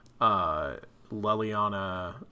Leliana